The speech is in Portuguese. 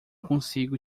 consigo